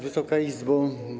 Wysoka Izbo!